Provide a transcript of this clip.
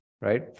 right